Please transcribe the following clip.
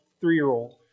three-year-old